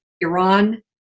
Iran